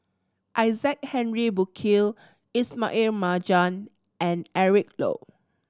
Isaac Henry Burkill Ismail Marjan and Eric Low